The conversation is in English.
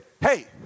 hey